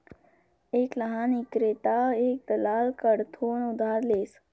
एक लहान ईक्रेता एक दलाल कडथून उधार लेस